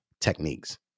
Techniques